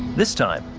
this time,